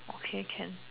okay can